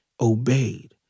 obeyed